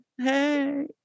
Hey